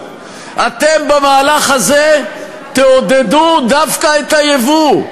אתם במהלך הזה תעודדו דווקא את הייבוא.